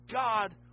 God